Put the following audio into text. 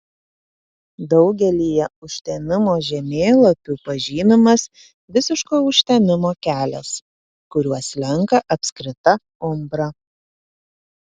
daugelyje užtemimo žemėlapių pažymimas visiško užtemimo kelias kuriuo slenka apskrita umbra